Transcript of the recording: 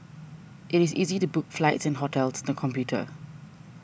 it is easy to book flights and hotels on the computer